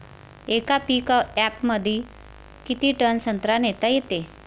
येका पिकअपमंदी किती टन संत्रा नेता येते?